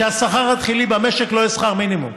שהשכר התחילי במשק לא יהיה שכר מינימום.